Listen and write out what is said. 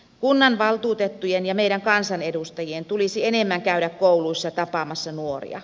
kunnanvaltuutettujen ja meidän kansanedustajien tulisi enemmän käydä kouluissa tapaamassa nuoria